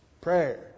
Prayer